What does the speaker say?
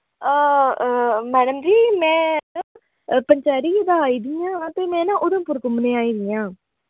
madam ji में पंचैरी दा आई दी आं ते में ना उधमपुर घुम्मने ई आई दी आं